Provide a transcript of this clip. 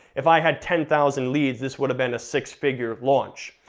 if i had ten thousand leads this would have been a six figure launch.